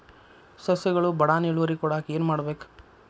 ಸಸ್ಯಗಳು ಬಡಾನ್ ಇಳುವರಿ ಕೊಡಾಕ್ ಏನು ಮಾಡ್ಬೇಕ್?